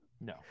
No